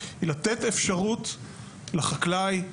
היא לתת אפשרות לחקלאי,